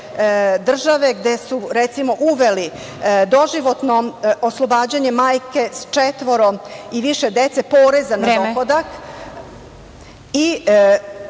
države gde su, recimo, uveli doživotno oslobađanje majke s četvoro i više dece poreza na dohodak